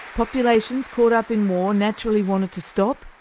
populations caught up in war naturally want it to stop,